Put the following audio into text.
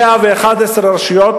111 מהרשויות